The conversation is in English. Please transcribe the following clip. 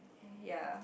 ya